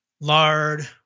lard